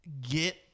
get